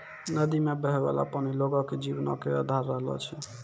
नदी मे बहै बाला पानी लोगो के जीवनो के अधार रहलो छै